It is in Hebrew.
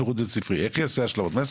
על אם יעשה השלמות ואיך,